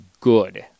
good